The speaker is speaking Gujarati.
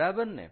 બરાબર ને